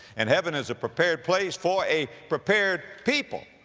and heaven is a prepared place for a prepared people.